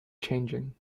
changing